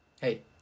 Hey